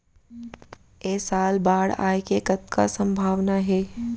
ऐ साल बाढ़ आय के कतका संभावना हे?